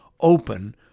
open